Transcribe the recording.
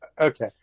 Okay